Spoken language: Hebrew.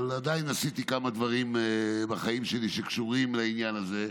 עדיין עשיתי כמה דברים בחיים שלי שקשורים לעניין הזה,